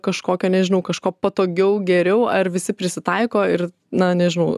kažkokio nežinau kažko patogiau geriau ar visi prisitaiko ir na nežinau